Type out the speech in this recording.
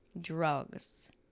drugs